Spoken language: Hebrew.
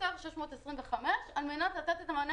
חסרים 625 על מנת לתת את המענה